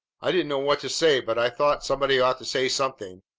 i didn't know what to say, but i thought somebody ought to say something.